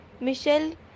michelle